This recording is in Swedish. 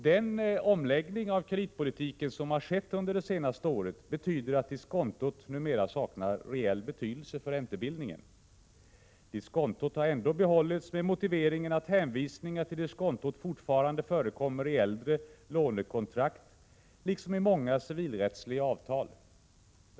Den omläggning av kreditpolitiken som har skett under det senaste året betyder att diskontot numera saknar reell betydelse för räntebildningen. Diskontot har ändå behållits med motiveringen att hänvisningar till diskontot fortfarande förekommer i äldre lånekontrakt liksom i många civilrättsliga avtal.